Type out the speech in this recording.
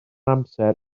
amser